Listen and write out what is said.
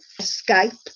skype